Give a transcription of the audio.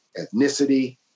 ethnicity